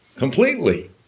Completely